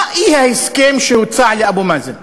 מה האי-הסכם שהוצע לאבו מאזן?